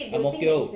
ang mo kio